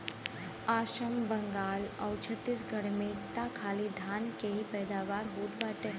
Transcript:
आसाम, बंगाल आउर छतीसगढ़ में त खाली धान के ही पैदावार होत बाटे